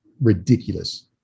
ridiculous